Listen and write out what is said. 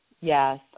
Yes